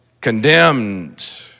condemned